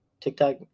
TikTok